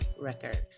record